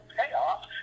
payoff